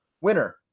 winner